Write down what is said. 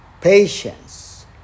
patience